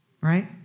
Right